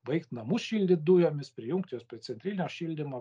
baigt namus šildyt dujomis prijungt juos prie centrinio šildymo